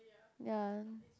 ya